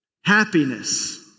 Happiness